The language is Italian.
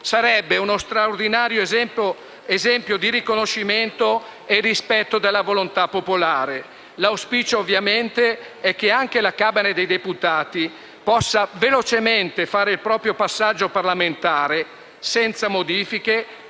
Sarebbe uno straordinario esempio di riconoscimento e rispetto della volontà popolare. L'auspicio, ovviamente, è che anche la Camera dei deputati possa velocemente fare il proprio passaggio parlamentare, senza modifiche,